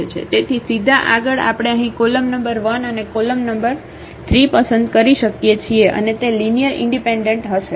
તેથી સીધા આગળ આપણે અહીં કોલમ નંબર 1 અને કોલમ નંબર 3 પસંદ કરી શકીએ છીએ અને તે લિનિયર ઇન્ડિપેન્ડન્ટ હશે